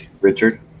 Richard